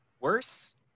worse